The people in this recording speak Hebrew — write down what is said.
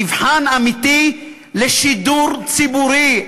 מבחן אמיתי לשידור ציבורי.